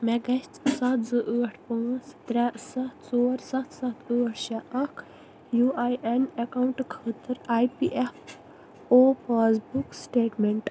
مےٚ گٔژھِ سَتھ زٕ ٲٹھ پانٛژھ ترٛےٚ سَتھ ژور سَتھ سَتھ ٲٹھ شےٚ اَکھ یوٗ آئی این اَکاؤنٹہٕ خٲطرٕ I P F O passbook statement